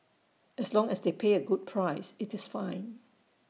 as long as they pay A good price IT is fine